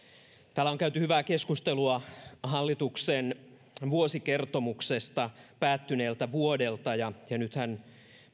täällä on käyty hyvää keskustelua hallituksen vuosikertomuksesta päättyneeltä vuodelta ja ja nythän